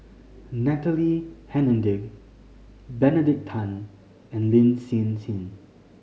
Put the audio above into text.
Natalie Hennedige Benedict Tan and Lin Hsin Hsin